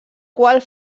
qual